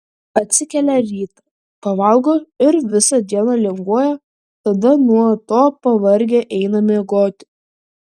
atsikelia rytą pavalgo ir visą dieną linguoja tada nuo to pavargę eina miegoti